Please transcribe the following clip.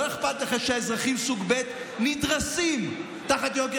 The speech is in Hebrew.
לא אכפת לך שהאזרחים סוג ב' נדרסים תחת יוקר